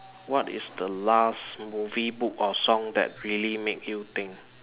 what is the last movie book or song that really make you think